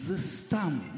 זה סתם,